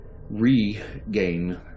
regain